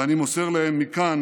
ואני מוסר להם מכאן